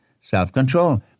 self-control